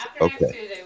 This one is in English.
okay